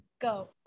Go